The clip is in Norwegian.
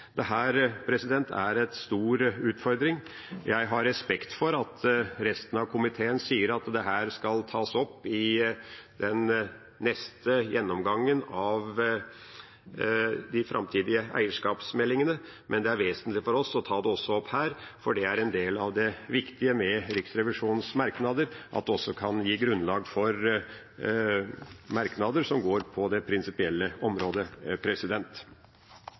er en stor utfordring. Jeg har respekt for at resten av komiteen sier at dette skal tas opp i den neste gjennomgangen av de framtidige eierskapsmeldingene, men det er vesentlig for oss også å ta det opp her, for det er en del av det viktige med Riksrevisjonens merknader at det også kan gi grunnlag for merknader som går på det prinsipielle området.